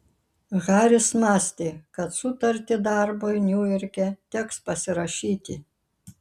haris mąstė kad sutartį darbui niujorke teks pasirašyti